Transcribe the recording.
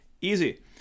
easy